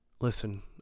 listen